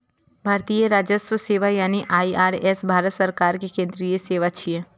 भारतीय राजस्व सेवा यानी आई.आर.एस भारत सरकार के केंद्रीय सेवा छियै